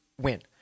win